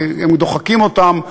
והם דוחקים אותם החוצה,